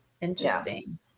interesting